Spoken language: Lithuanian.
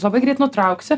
labai greit nutrauksiu